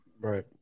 Right